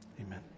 Amen